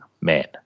man